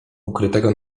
ukrytego